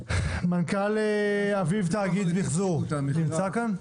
מנכ"ל אביב תאגיד מחזור, נמצא כאן?